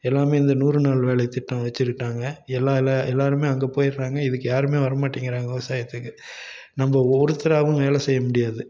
எல்லாம் இந்த நூறு நாள் வேலை திட்டம் வச்சுகிட்டாங்க எல்லாம் எல்லோருமே அங்கே போயிடுறாங்க இதுக்கு யாரும் வரமாட்டிங்கிறாங்க விவசாயத்துக்கு நம்ம ஒருத்தராகவும் வேலை செய்ய முடியாது